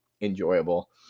enjoyable